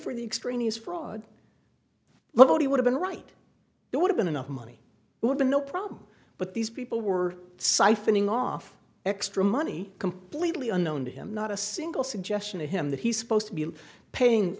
for the extraneous fraud but he would have been right there would have been enough money would be no problem but these people were siphoning off extra money completely unknown to him not a single suggestion to him that he's supposed to be paying